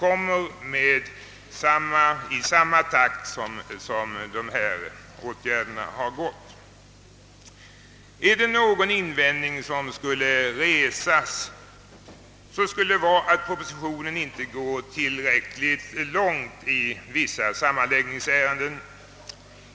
Om man skulle göra någon invändning i detta sammanhang, skulle det vara att propositionen inte går tillräckligt långt i vissa sammanläggningsärenden.